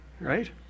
right